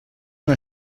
una